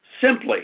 simply